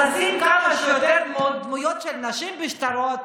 אז לשים כמה שיותר דמויות של נשים בשטרות.